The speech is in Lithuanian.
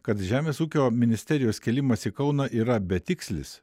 kad žemės ūkio ministerijos kėlimas į kauną yra betikslis